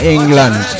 England